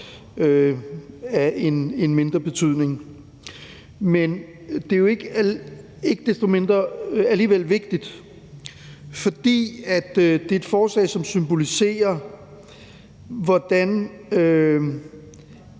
af mindre betydning. Men det er jo ikke desto mindre alligevel vigtigt, fordi det er et forslag, som symboliserer, at